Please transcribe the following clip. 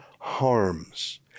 harms